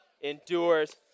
endures